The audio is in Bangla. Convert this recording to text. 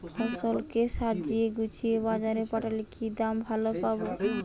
ফসল কে সাজিয়ে গুছিয়ে বাজারে পাঠালে কি দাম ভালো পাব?